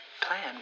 plan